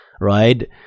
right